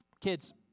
Kids